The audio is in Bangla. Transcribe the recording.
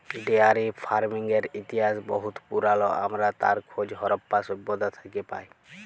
ডেয়ারি ফারমিংয়ের ইতিহাস বহুত পুরাল আমরা তার খোঁজ হরপ্পা সভ্যতা থ্যাকে পায়